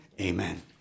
Amen